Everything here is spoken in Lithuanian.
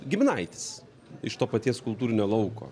giminaitis iš to paties kultūrinio lauko